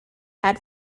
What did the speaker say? had